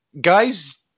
guys